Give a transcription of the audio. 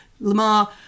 lamar